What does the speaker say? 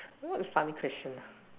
what a funny question